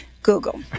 Google